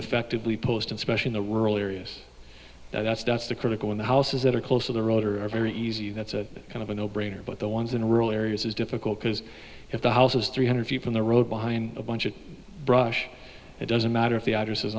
effectively post especially the rural areas that's that's the critical in the houses that are close to the road or are very easy that's a kind of a no brainer but the ones in rural areas is difficult because if the house is three hundred feet from the road behind a bunch of brush it doesn't matter if the address